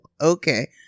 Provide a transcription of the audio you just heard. Okay